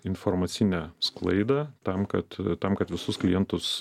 informacinę sklaidą tam kad tam kad visus klientus